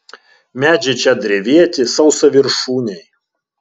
medžiai čia drevėti sausaviršūniai